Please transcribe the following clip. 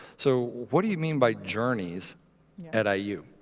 so what do you mean by journeys at ah iu?